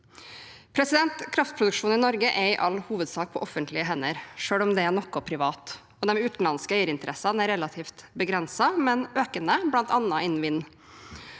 privat. Kraftproduksjonen i Norge er i all hovedsak på offentlige hender, selv om det er noe privat. De utenlandske eierinteressene er relativt begrensede, men økende, bl.a. innen vind.